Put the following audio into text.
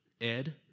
Ed